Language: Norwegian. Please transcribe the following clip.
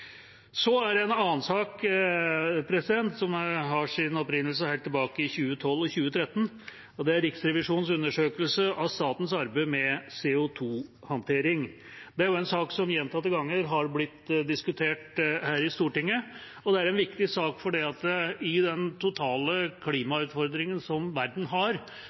En annen sak har sin opprinnelse helt tilbake i 2012 og 2013, det er Riksrevisjonens undersøkelse av statens arbeid med CO 2 -håndtering. Dette er også en sak som gjentatte ganger har blitt diskutert her i Stortinget, og det er en viktig sak fordi FNs miljøpanel har sagt at i den totale klimautfordringen verden har,